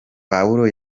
pawulo